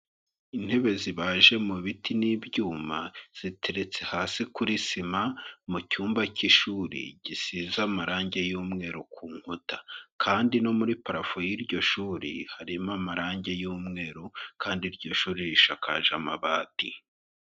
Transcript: Intebe zibaje mu biti n'ibyuma, ziteretse hasi kuri sima mu cyumba cy'ishuri gisiza amarangi y'umweru ku nkuta. Kandi no muri parafu y'iryo shuri harimo amarangi y'umweru, kandi iryo shuri rishakaje amabati.